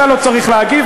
אתה לא צריך להגיב.